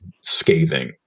scathing